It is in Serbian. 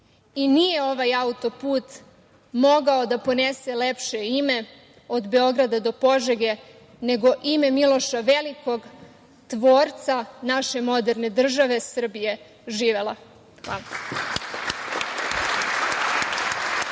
Nije ovaj autoput mogao da ponese lepše ime od Beograda do Požege, nego ime Miloša Velikog, tvorca naše moderne države Srbija. Živela!